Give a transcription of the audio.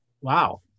Wow